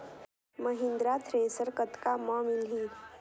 Mahindra thresher कतका म मिलही?